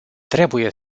trebuie